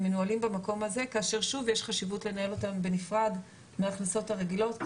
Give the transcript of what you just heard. מנוהלים במקום הזה כאשר יש חשיבות לנהל אותם בנפרד מההכנסות הרגילות,